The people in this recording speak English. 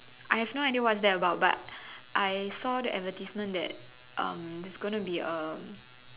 I have no idea what's that about but I saw the advertisement that um there's going to be um